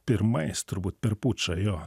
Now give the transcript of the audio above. pirmais turbūt per pučą jo